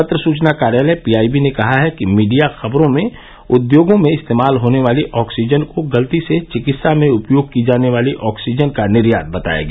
पत्र सूचना कार्यालय पीआईबी ने कहा है कि मीडिया खबरों में उद्योगों में इस्तेमाल होनी वाली ऑक्सीजन को गलती से चिकित्सा में उपयोग की जाने वाली ऑक्सीजन का निर्यात बताया गया